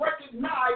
recognize